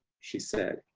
she said.